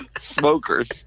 Smokers